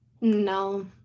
No